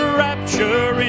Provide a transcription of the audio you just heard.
rapture